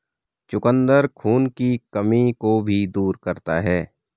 चुकंदर खून की कमी को भी दूर करता है